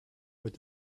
with